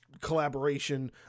collaboration